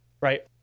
right